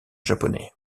japonais